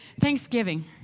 thanksgiving